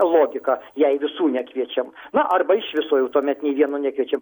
logika jei visų nekviečiam na arba iš viso jau tuomet nei vieno nekviečiam